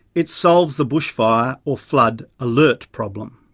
it solves the bushfire or flood alert problem.